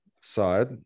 side